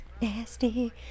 Nasty